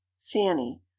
fanny